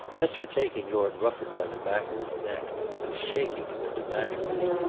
as for taking lord rufford by the back of his neck and shaking him into matrimony,